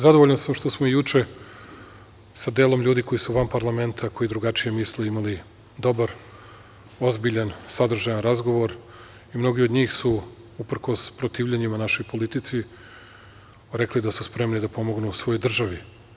Zadovoljan sam što smo juče sa delom ljudi koji su van parlamenta, koji drugačije misle, imali dobar, ozbiljan, sadržajan razgovor i mnogi od njih su, uprkos protivljenjima našoj politici, rekli da su spremni da pomognu svojoj državi.